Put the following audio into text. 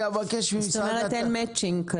זאת אומרת, אין מאצ'ינג.